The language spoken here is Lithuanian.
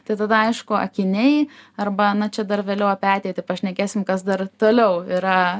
tai tada aišku akiniai arba na čia dar vėliau apie ateitį pašnekėsim kas dar toliau yra